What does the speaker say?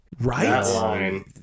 Right